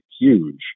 huge